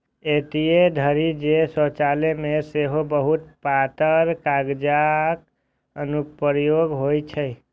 एतय धरि जे शौचालय मे सेहो बहुत पातर कागतक अनुप्रयोग होइ छै